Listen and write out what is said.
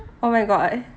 oh my god